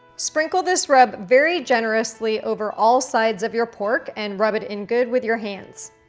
sprinkle this rub very generously over all sides of your pork and rub it in good with your hands.